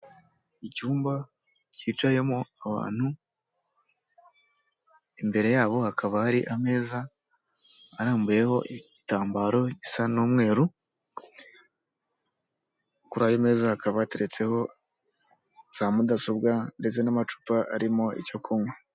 Icyumba cyicayemo abantu, imbere yabo hakaba hari ameza arambuyeho igitambaro gisa n'umweru, kuri ayo meza hakaba hateretseho za mudasobwa ndetse n'amacupa arimo icyo kunywa.